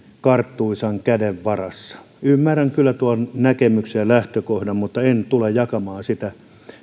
karttuisan käden varassa ymmärrän kyllä tuon näkemyksen ja lähtökohdan mutta en tule jakamaan sitä